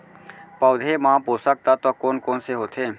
पौधे मा पोसक तत्व कोन कोन से होथे?